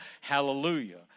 hallelujah